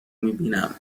میبینم